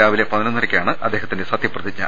രാവിലെ പതിനൊന്നര ക്കാണ് അദ്ദേഹത്തിന്റെ സത്യപ്രതിജ്ഞ